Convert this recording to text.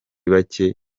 bake